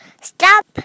Stop